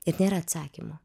ir nėra atsakymo